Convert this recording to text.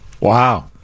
Wow